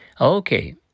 Okay